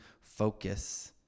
focus